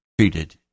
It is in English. treated